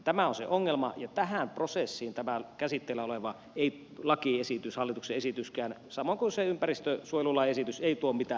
tämä on se ongelma ja tähän prosessiin tämä käsitteillä oleva hallituksen esityskään samoin kuin se ympäristönsuojelulain esitys ei tuo mitään helpotusta